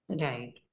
Right